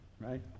Right